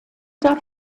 darf